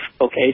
okay